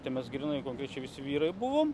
tai mes grynai konkrečiai visi vyrai buvom